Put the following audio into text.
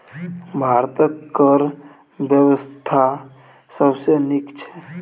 भारतक कर बेबस्था सबसँ नीक छै